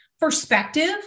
perspective